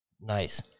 Nice